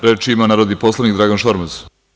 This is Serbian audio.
Reč ima narodni poslanik Dragan Šormaz.